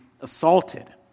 assaulted